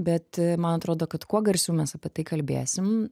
bet man atrodo kad kuo garsiau mes apie tai kalbėsim